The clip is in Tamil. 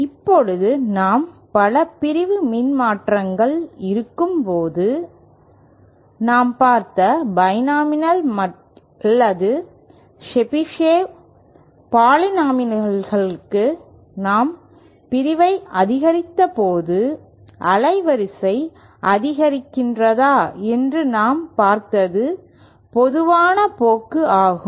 இப்போது நாம் பல பிரிவு மின்மாற்றிகள் இருக்கும்போது நாம் பார்த்த பைனோமியல் அல்லது செபிஷேவ் பாலினாமியல்களுக்கு நாம் பிரிவை அதிகரித்தபோது அலைவரிசை அதிகரிக்கிறது என்று நாம் பார்த்தது பொதுவான போக்கு ஆகும்